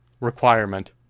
requirement